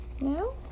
No